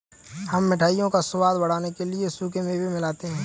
हम मिठाइयों का स्वाद बढ़ाने के लिए सूखे मेवे मिलाते हैं